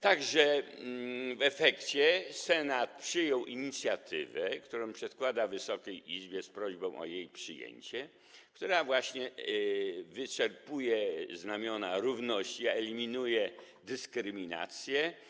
Tak że w efekcie Senat przyjął inicjatywę, którą przedkłada Wysokiej Izbie z prośbą o jej przyjęcie, która wyczerpuje znamiona równości, eliminuje dyskryminację.